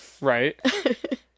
Right